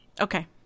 Okay